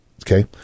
okay